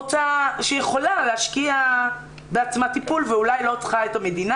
שיכולה להשקיע בטיפול ואולי לא צריכה את המדינה,